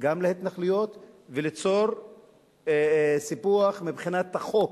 גם להתנחלויות וליצור סיפוח מבחינת החוק,